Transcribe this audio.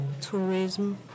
tourism